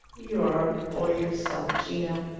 you are a boy yourself, gino.